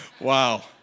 Wow